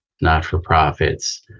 not-for-profits